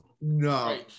no